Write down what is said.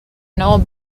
noel